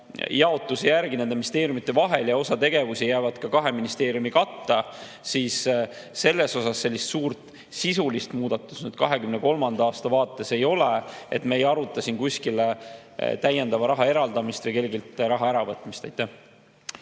jaotuse järgi nende ministeeriumide vahel. Osa tegevusi jääb nende kahe ministeeriumi katta. Aga selles osas suurt sisulist muudatust 2023. aasta vaates ei ole. Me ei aruta siin kuskile täiendava raha eraldamist või kelleltki raha äravõtmist.